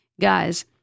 Guys